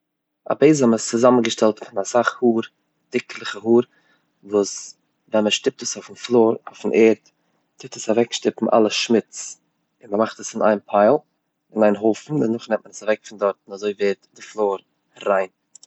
א בעזעם איז צוזאמענגעשטעלט פון אסאך האר, דיקליכע האר, וואס ווען מען שטופט עס אויפן פלאר אויפן ערד טוט עס אוועק שטופן אלע שמוץ. מ'מאכט עס אין איין פייל אין איין הויפן און מען נעמט עס אוועק פון דארט, און אזוי ווערט די פלאר ריין.